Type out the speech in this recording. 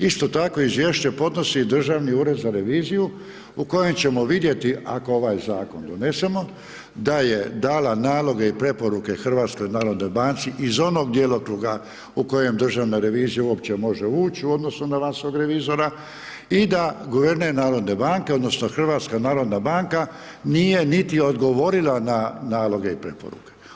Isto tako, izvješće podnosi i Državni ured za reviziju u kojem ćemo vidjeti, ako ovaj zakon donesemo, da je dala naloge i preporuke HNB-u iz onog djelokruga u kojem državna revizija uopće može ući u odnosu na vanjskog revizora i da guverner narodne banke, odnosno HNB nije niti odgovorila na naloge i preporuke.